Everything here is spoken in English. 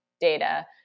data